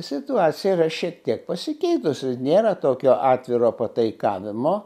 situacija yra šiek tiek pasikeitusi nėra tokio atviro pataikavimo